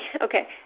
okay